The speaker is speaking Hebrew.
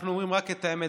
אנחנו אומרים רק את האמת,